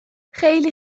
خیلی